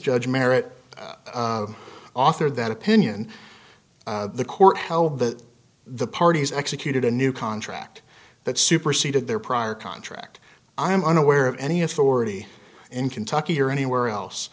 judge merit author that opinion the court held that the parties executed a new contract that superseded their prior contract i'm unaware of any authority in kentucky or anywhere else